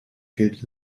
gilt